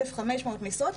כ-1,500 משרות.